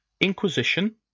Inquisition